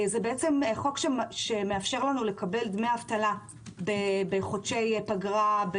זה חוק שמאפשר לנו לקבל דמי אבטלה בחודשי פגרה.